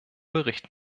bericht